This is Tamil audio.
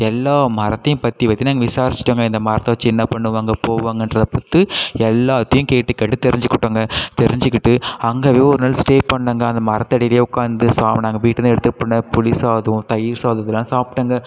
எல்லா மரத்தையும் பற்றி பற்றி நாங்கள் விசாரிச்சுட்டோங்க இந்த மரத்தை வச்சு என்ன பண்ணுவாங்க போவாங்கன்றதை பற்றி எல்லாத்தையும் கேட்டு கேட்டு தெரிஞ்சுக்கிட்டோங்க தெரிஞ்சிக்கிட்டு அங்கேவே ஒரு நாள் ஸ்டே பண்ணோங்க அந்த மரத்தடியில் உட்காந்து சாப் நாங்கள் வீட்டில் எடுத்துகிட்டு போன புளிசாதம் தயிர் சாதம் இதெல்லாம் சாப்பிட்டேங்க